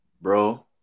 Bro